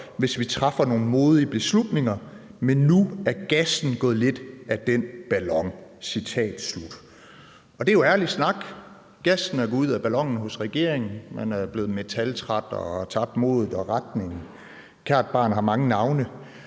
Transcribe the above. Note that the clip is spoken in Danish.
hvis vi træffer nogle modige beslutninger, men nu er gassen gået lidt af den ballon. Citat slut. Det er jo ærlig snak: Gassen er gået ud af ballonen hos regeringen, man er blevet metaltræt og har tabt modet og retningen – kært barn har mange navne.